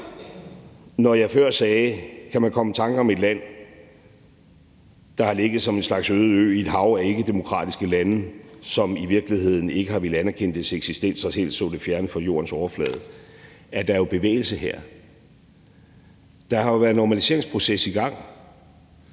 Når jeg før spurgte, om man kan komme i tanker om et land, der har ligget som en slags øde ø i et hav af ikkedemokratiske lande, som i virkeligheden ikke har villet anerkende dets eksistens og helst så det fjernet fra jordens overflade, så er der jo bevægelse her. Der har jo været en normaliseringsproces i gang.